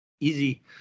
easy